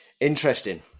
Interesting